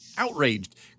Outraged